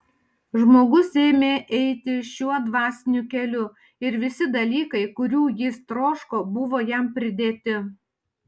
žmogus ėmė eiti šiuo dvasiniu keliu ir visi dalykai kurių jis troško buvo jam pridėti